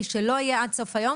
מי שלא יהיה עד סוף היום